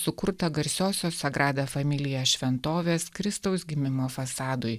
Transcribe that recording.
sukurtą garsiosios sagrada familija šventovės kristaus gimimo fasadui